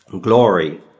Glory